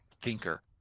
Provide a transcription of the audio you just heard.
thinker